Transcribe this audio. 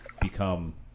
become